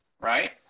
right